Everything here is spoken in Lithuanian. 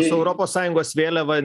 su europos sąjungos vėliava